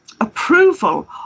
approval